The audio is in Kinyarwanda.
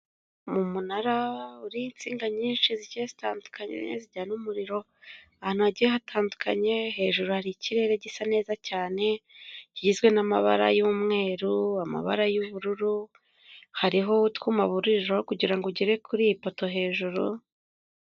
Ni umunara uriho insinga nyinshi zigiye zitandukanyeye zijyana umuriro ahantu hagiye hatandukanye, hejuru hari ikirere gisa neza cyane, kigizwe n'amabara y'umweru, amabara y'ubururu, hariho utwuma buririro kugirango ugere kuri iyi poto hejuru.